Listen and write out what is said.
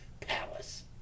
Palace